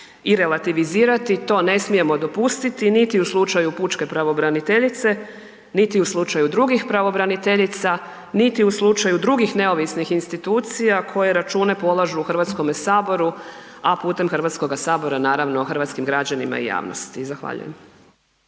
i relativizirati, to ne smijemo dopustiti niti u slučaju pučke pravobraniteljice, niti u slučaju drugih pravobraniteljica, niti u slučaju drugih neovisnih institucija koje račune polažu Hrvatskom saboru, a putem Hrvatskog sabora naravno hrvatskim građanima i javnosti. Zahvaljujem.